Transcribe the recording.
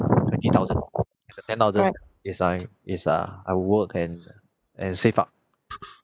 twenty thousand and the ten thousand is I is uh I work and and save up